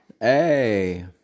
Hey